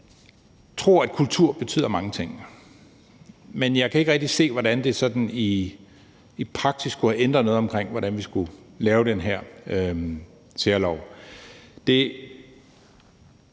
tror, at kultur betyder mange ting, men jeg kan ikke rigtig se, hvordan det sådan i praksis kunne have ændret noget om, hvordan vi skulle lave den her særlov.